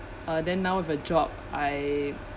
uh then now with a job I